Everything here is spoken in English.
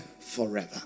forever